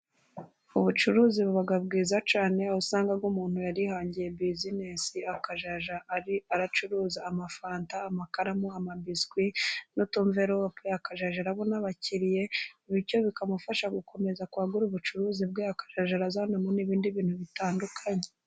Ubucuruzi bubaga bwiza cyane aho usanga umuntu yarihangiye bizinesi akajya aracuruza amafanta, amakaramu, amabiswi n'utumverope, akazajya abona n'abakiriya, bityo bikamufasha gukomeza kwagura ubucuruzi bwe, akazajya azanamo n'ibindi bintu bitandukanye.